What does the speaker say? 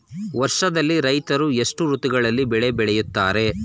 ವರ್ಷದಲ್ಲಿ ರೈತರು ಎಷ್ಟು ಋತುಗಳಲ್ಲಿ ಬೆಳೆ ಬೆಳೆಯುತ್ತಾರೆ?